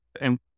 And-